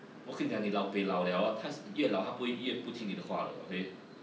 我跟你讲你老 pei 老 liao orh 他越老他不会越不听你的话 okay